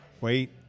wait